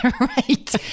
Right